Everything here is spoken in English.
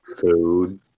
Food